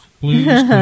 Blues